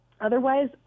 otherwise